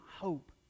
hope